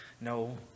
No